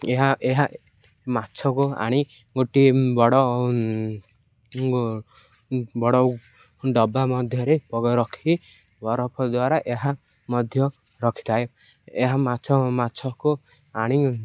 ଏହା ଏହା ମାଛକୁ ଆଣି ଗୋଟିଏ ବଡ଼ ବଡ଼ ଡ଼ବା ମଧ୍ୟରେ ରଖି ବରଫ ଦ୍ୱାରା ଏହା ମଧ୍ୟ ରଖିଥାଏ ଏହା ମାଛ ମାଛକୁ ଆଣି